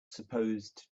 supposed